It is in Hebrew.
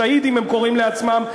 שהידים הם קוראים לעצמם,